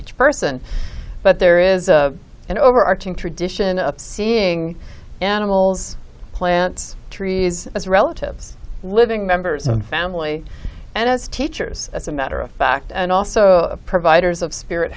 each person but there is an overarching tradition of seeing animals plants trees as relatives living members and family and as teachers as a matter of fact and also providers of spirit